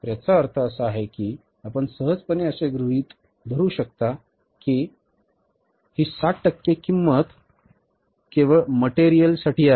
तर याचा अर्थ असा की आपण सहजपणे असे गृहित धरू शकता की ही 60 टक्के किंमत केवळ मटेरियलसाठी आहे